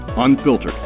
unfiltered